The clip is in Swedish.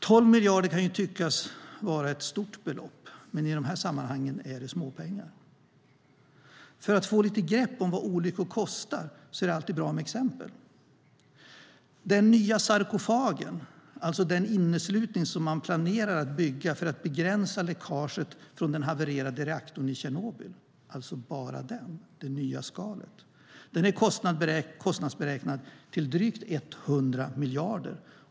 12 miljarder kan tyckas vara ett stort belopp, men i de här sammanhangen är det småpengar. För att få lite grepp om vad olyckor kostar är det alltid bra med exempel. Den nya sarkofagen, den inneslutning man planerar att bygga för att begränsa läckaget från den havererade reaktorn i Tjernobyl - det nya skalet - är kostnadsberäknad till drygt 100 miljarder.